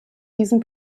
diesem